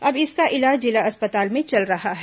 अब इसका इलाज जिला अस्पताल में चल रहा है